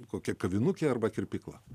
kokia kavinukė arba kirpykla